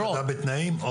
מה הפקדה בתנאים?